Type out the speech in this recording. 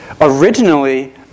originally